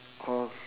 oh